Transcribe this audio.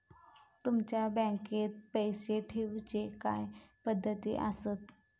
तुमच्या बँकेत पैसे ठेऊचे काय पद्धती आसत?